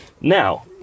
Now